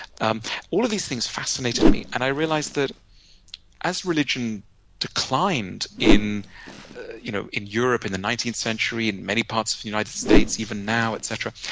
um all of these things fascinated me, and i realized that as religion declined in you know in europe in the nineteenth century, in many parts of the united states even now, etc,